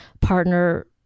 partner